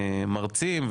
מרצים,